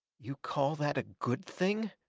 you call that a good thing?